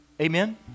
amen